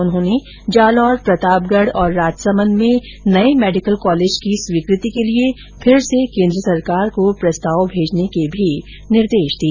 उन्होंने जालोर प्रतापगढ़ और राजसमंद में नए मेडिकल कॉलेज की स्वीकृति के लिए फिर से कोन्द्र सरकार को प्रस्ताव भेजने के भी निर्देश दिए